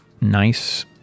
nice